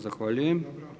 Zahvaljujem.